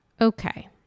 Okay